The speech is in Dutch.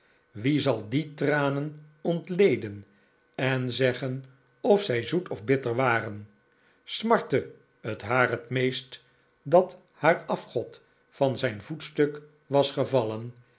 wie zal die tranen ontleden en zeggen of zij zoet of bitter waren smartte het haar het meest dat haar afgod van zijn voetstuk was gevallen